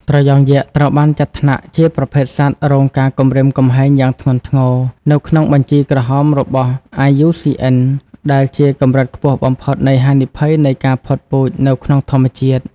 ត្រយងយក្ស ត្រូវបានចាត់ថ្នាក់ជាប្រភេទសត្វ រងការគំរាមកំហែងយ៉ាងធ្ងន់ធ្ងរ នៅក្នុងបញ្ជីក្រហមរបស់ IUCN ដែលជាកម្រិតខ្ពស់បំផុតនៃហានិភ័យនៃការផុតពូជនៅក្នុងធម្មជាតិ។